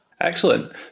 Excellent